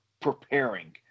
preparing